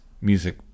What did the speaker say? music